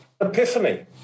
epiphany